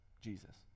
Jesus